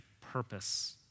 purpose